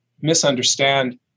misunderstand